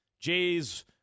Jay's